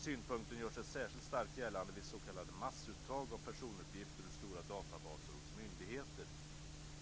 Synpunkten gör sig särskilt starkt gällande vid s.k. massuttag av personuppgifter ur stora databaser hos myndigheter.